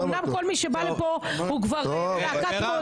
אומנם כל מי שבא לפה הוא כבר --- מירב,